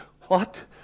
What